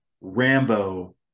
Rambo-